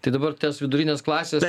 tai dabar ties vidurinės klasės